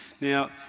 Now